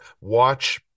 Watch